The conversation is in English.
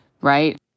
right